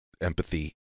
empathy